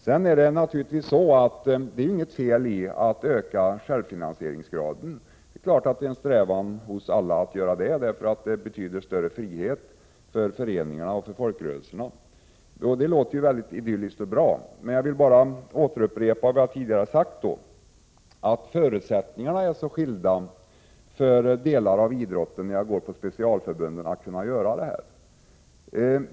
Det är naturligtvis inget fel att öka självfinansieringsgraden. Det är klart att detta är en strävan hos alla, eftersom det betyder större frihet för föreningarna och för folkrörelserna. Detta låter mycket idylliskt och bra. Men jag vill återupprepa vad jag tidigare har sagt, nämligen att förutsättningarna är så olika inom idrottens specialförbund.